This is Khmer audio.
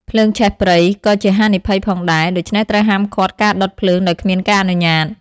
ភ្លើងឆេះព្រៃ ក៏ជាហានិភ័យផងដែរ ដូច្នេះត្រូវហាមឃាត់ការដុតភ្លើងដោយគ្មានការអនុញ្ញាត។